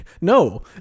No